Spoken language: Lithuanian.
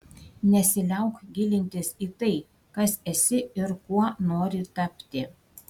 nesiliauk gilintis į tai kas esi ir kuo nori tapti